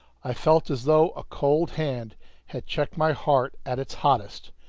i felt as though a cold hand had checked my heart at its hottest,